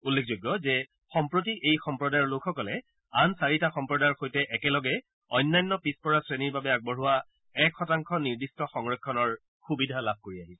উল্লেখযোগ্য যে সম্প্ৰতি এই সম্প্ৰদায়ৰ লোকসকলে আন চাৰিটা সম্প্ৰদায়ৰ সৈতে একেলগে অন্যান্য পিছপৰা শ্ৰেণীৰ বাবে আগবঢ়োৱা এক শতাংশ নিৰ্দিষ্ট সংৰক্ষণৰ সুবিধা লাভ কৰি আহিছে